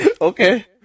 Okay